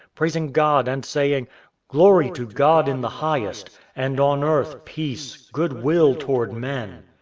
praising god and saying glory to god in the highest, and on earth peace, good-will toward men.